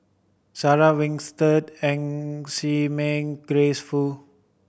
Sarah Winstedt Ng Chee Meng Grace Fu